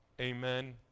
Amen